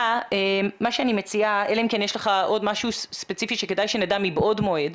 יש לך עוד משהו ספציפי שכדאי שנדע מבעוד מועד?